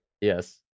Yes